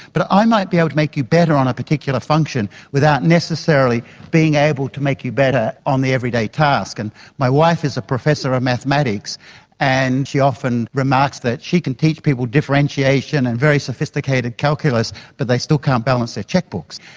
but i might be able to make you better on a particular function without necessarily being able to make you better on the everyday task. and my wife is a professor of mathematics and she often remarks that she can teach people differentiation and very sophisticated calculus but they still can't balance their cheque-books.